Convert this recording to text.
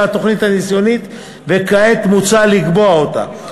התוכנית הניסיונית וכעת מוצע לקבוע אותה.